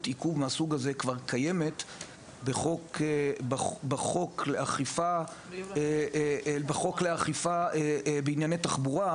עיכוב מהסוג הזה כבר קיימת בחוק להגברת אכיפה בענייני תחבורה,